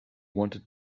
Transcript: wanted